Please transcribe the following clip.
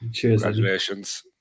congratulations